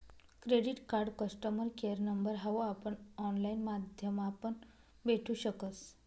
credit card customer care number हाऊ आपण online माध्यमापण भेटू शकस